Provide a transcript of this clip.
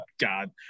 God